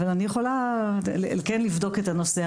אבל אני יכולה לבדוק את הנושא.